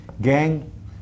gang